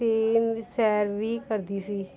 ਅਤੇ ਸੈਰ ਵੀ ਕਰਦੀ ਸੀ